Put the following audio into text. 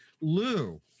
Lou